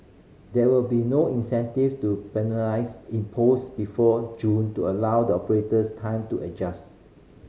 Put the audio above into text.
there will be no incentive to penalties imposed before June to allow the operators time to adjust